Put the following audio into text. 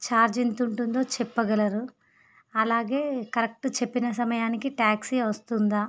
charge ఎంత ఉంటుందో చెప్పగలరు అలాగే కరెక్ట్ చెప్పిన సమయానికి టాక్సీ వస్తుందా